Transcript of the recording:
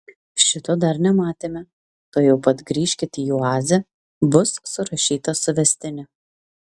šito dar nematėme tuojau pat grįžkit į oazę bus surašyta suvestinė